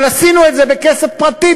אבל עשינו את זה בכסף פרטי,